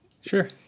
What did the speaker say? sure